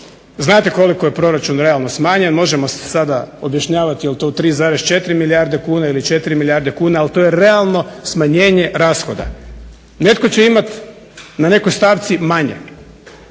Znate koliko je proračun realno smanjen. Možemo se sada objašnjavati je li to 3,4 milijarde kuna ili 4 milijarde kuna ali to je realno smanjenje rashoda. Netko će imati na nekoj stavci manje.